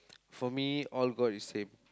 for me all god is same